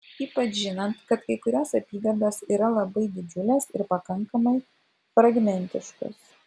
ypač žinant kad kai kurios apygardos yra labai didžiulės ir pakankamai fragmentiškos